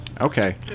Okay